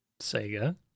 Sega